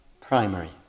primary